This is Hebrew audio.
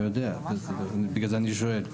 בגלל זה אני שואל.